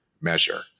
measure